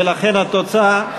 ולכן, התוצאה,